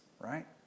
right